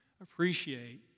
appreciate